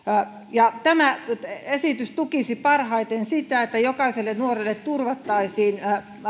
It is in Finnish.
tämä esitys tukisi parhaiten sitä että jokaiselle nuorelle turvattaisiin